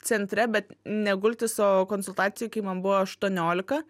centre bet ne gultis o konsultacijai kai man buvo aštuoniolika